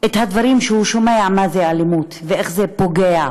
את הדברים שהוא שומע מה זה אלימות ואיך זה פוגע,